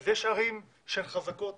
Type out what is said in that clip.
יש ערים שהן חזקות